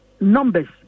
numbers